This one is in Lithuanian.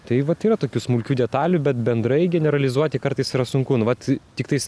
tai vat yra tokių smulkių detalių bet bendrai generalizuoti kartais yra sunku nu vat tiktais